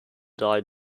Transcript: die